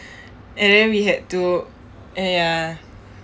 and then we had to and ya